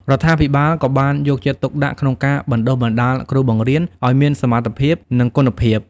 រដ្ឋាភិបាលក៏បានយកចិត្តទុកដាក់ក្នុងការបណ្ដុះបណ្ដាល គ្រូបង្រៀន ឱ្យមានសមត្ថភាព និងគុណភាព។